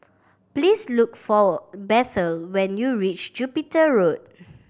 please look for Bethel when you reach Jupiter Road